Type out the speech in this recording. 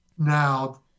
Now